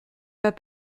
pas